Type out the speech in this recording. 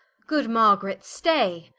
good margaret stay